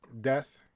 Death